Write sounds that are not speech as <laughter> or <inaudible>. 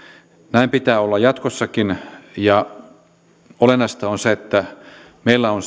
näin pitää olla jatkossakin ja olennaista on se että meillä on <unintelligible>